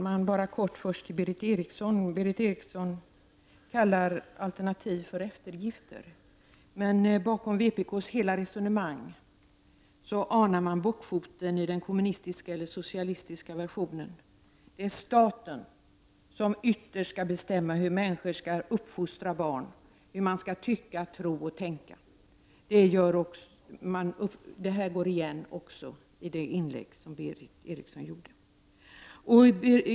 Herr talman! Berith Eriksson kallar alternativ för eftergifter. Men bakom vpk:s hela resonemang anar man bockfoten i den kommunistiska eller socialistiska versionen. Det är staten som ytterst skall bestämma hur människor skall uppfostra barn, hur man skall tycka, tro och tänka. Detta går igen också i Berith Erikssons inlägg.